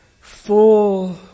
full